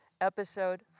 episode